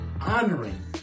honoring